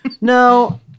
No